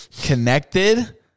connected